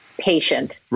patient